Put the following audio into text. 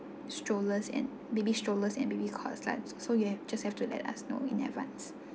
strollers and baby strollers and baby cots like so you just have to let us know in advance